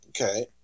okay